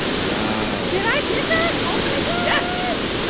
wow did i get that? oh, my gosh yes